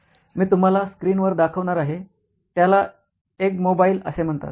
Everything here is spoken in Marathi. मी तुम्हाला स्क्रीनवर दाखवणार आहे त्याला एगमोबाईल असे म्हणतात